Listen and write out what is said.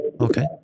Okay